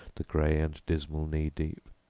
the gray and dismal kneedeep.